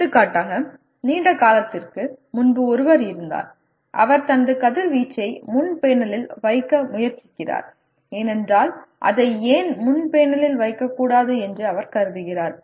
எடுத்துக்காட்டாக நீண்ட காலத்திற்கு முன்பு ஒருவர் இருந்தார் அவர் தனது கதிர்வீச்சை முன் பேனலில் வைக்க முயற்சிக்கிறார் ஏனென்றால் அதை ஏன் முன் பேனலில் வைக்கக்கூடாது என்று அவர் கருதுகிறார்